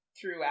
throughout